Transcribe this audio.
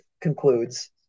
concludes